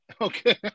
Okay